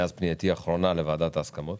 מאז פנייתי האחרונה לוועדת ההסכמות,